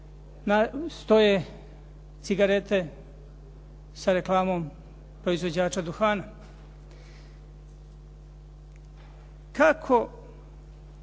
stoje cigarete sa reklamom proizvođača duhana. Kako